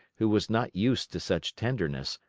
who was not used to such tenderness,